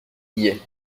guillet